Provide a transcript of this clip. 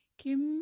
kim